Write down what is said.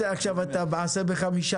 "יש",